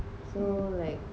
so like